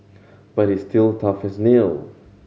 but he's still tough as nail